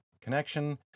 connection